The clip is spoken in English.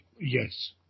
Yes